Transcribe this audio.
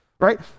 right